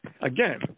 Again